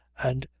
and,